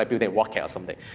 um do they work here or something.